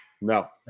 No